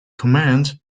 command